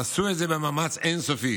עשו את זה במאמץ אין-סופי